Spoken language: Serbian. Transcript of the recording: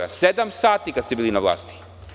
Sedam sati, kada ste bili na vlasti.